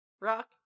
Rock